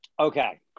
Okay